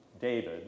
David